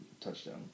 touchdown